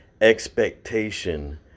expectation